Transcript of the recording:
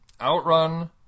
Outrun